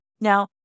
Now